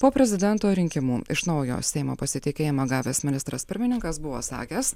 po prezidento rinkimų iš naujo seimo pasitikėjimą gavęs ministras pirmininkas buvo sakęs